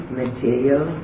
material